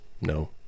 No